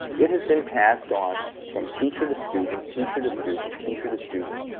it has been passed on from teacher to student, teacher to student, teacher to student.